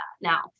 Now